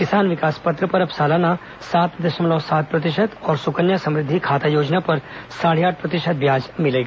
किसान विकास पत्र पर अब सालाना सात दशमलव सात प्रतिशत और सुकन्या समृद्धि खाता योजना पर साढ़े आठ प्रतिशत ब्याज मिलेगा